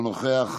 אינו נוכח,